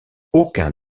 aucun